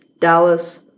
Dallas